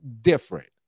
different